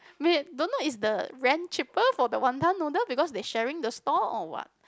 wait don't know is the rent cheaper for the wanton noodle because they sharing the stall or what